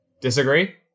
Disagree